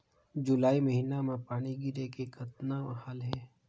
जुलाई महीना म पानी गिरे के कतना हाल हे?